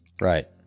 Right